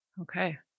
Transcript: Okay